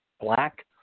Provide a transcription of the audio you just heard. black